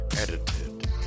edited